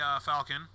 Falcon